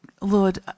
Lord